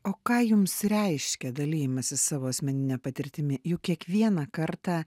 o ką jums reiškia dalijimasis savo asmenine patirtimi juk kiekvieną kartą